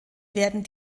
werden